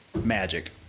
magic